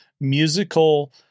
musical